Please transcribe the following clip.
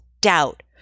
doubt